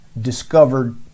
discovered